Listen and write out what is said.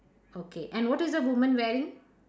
okay and what is the woman wearing